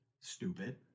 stupid